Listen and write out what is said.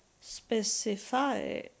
specify